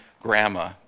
grandma